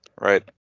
Right